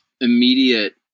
immediate